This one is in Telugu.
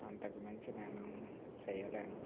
అంతకు మించి నేను చేయలేను